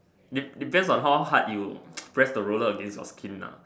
dep~ depends on how hard you press the roller against your skin nah